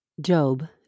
Job